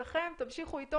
המגן שלכם, תמשיכו איתו.